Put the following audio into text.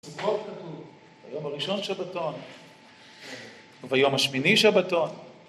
ביום הראשון שבתון, וביום השמיני שבתון